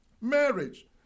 Marriage